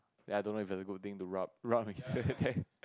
ya I don't know if it's a good thing rub rub